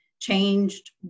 changed